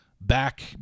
back